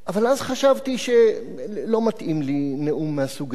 אבל אז חשבתי שלא מתאים לי נאום מהסוג הזה.